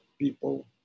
people